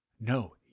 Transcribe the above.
No